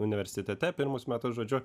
universitete pirmus metus žodžiu